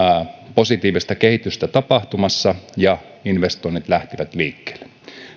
positiivista kehitystä tapahtumassa ja investoinnit lähtivät liikkeelle